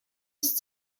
ist